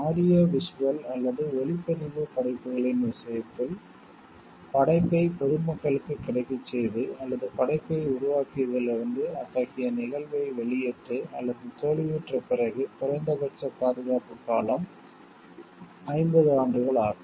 audio visual அல்லது ஒளிப்பதிவுப் படைப்புகளின் விஷயத்தில் படைப்பைப் பொதுமக்களுக்குக் கிடைக்கச்செய்து அல்லது படைப்பை உருவாக்கியதிலிருந்து அத்தகைய நிகழ்வை வெளியிட்டு அல்லது தோல்வியுற்ற பிறகு குறைந்தபட்ச பாதுகாப்புக் காலம் 50 ஆண்டுகள் ஆகும்